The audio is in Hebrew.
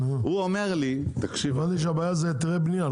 שמעתי שהבעיה היא היתרי בנייה.